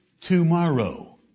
tomorrow